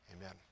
Amen